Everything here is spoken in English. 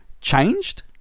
changed